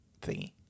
thingy